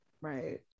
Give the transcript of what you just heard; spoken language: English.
Right